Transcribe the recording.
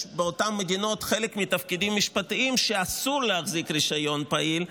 יש מדינות שבחלק מהתפקידים המשפטיים אסור להחזיק רישיון פעיל.